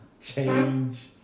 change